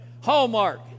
Hallmark